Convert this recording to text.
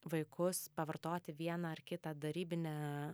vaikus pavartoti vieną ar kitą darybinę